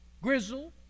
Grizzle